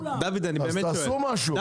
תעשו משהו.